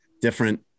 different